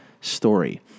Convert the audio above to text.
story